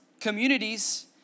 communities